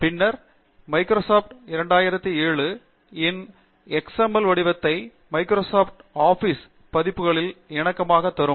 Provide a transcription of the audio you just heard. பின்னர் மைக்ரோசாப்ட் 2007 இன் எக்ஸ்எம்எல் வடிவத்தை மைக்ரோசாப்ட் ஆபிஸின் பதிப்புகளில் இணக்கமாகத் தரும்